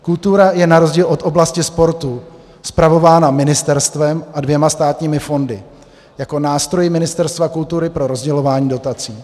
Kultura je na rozdíl od oblasti sportu spravována ministerstvem a dvěma státními fondy jako nástroji Ministerstva kultury pro rozdělování dotací.